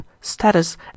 status